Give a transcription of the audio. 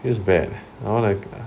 feels bad leh now like